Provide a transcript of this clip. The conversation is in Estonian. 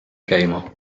käima